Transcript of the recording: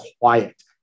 quiet